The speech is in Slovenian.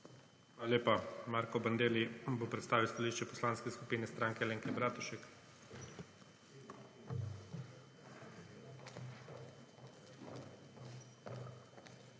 Hvala lepa. Marko Bandelli bo predstavil stališče Poslanske skupine Stranke Alenke Bratušek.